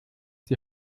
die